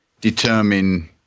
determine